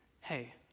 Hey